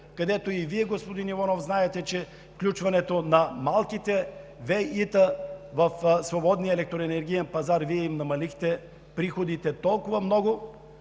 където и Вие, господин Иванов, знаете, че с включването на малките ВЕИ-та в свободния електроенергиен пазар им намалихте приходите толкова много,